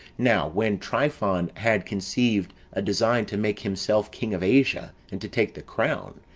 now when tryphon had conceived a design to make himself king of asia and to take the crown,